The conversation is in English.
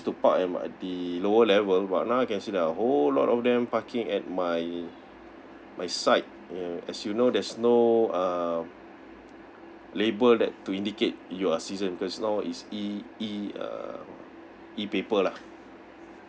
to park at my the lower level but now I can see there are whole lot of them parking at my my side uh as you know there's no uh label that to indicate you are season because now is E E uh E paper lah